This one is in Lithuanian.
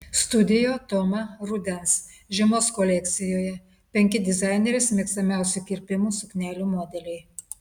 studio toma rudens žiemos kolekcijoje penki dizainerės mėgstamiausių kirpimų suknelių modeliai